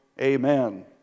amen